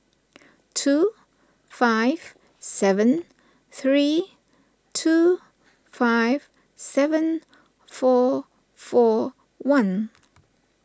two five seven three two five seven four four one